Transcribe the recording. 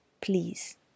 please